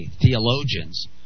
theologians